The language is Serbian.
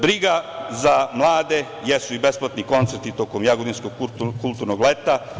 Briga za mlade jesu i besplatni koncerti tokom Jagodinskog kulturnog leta.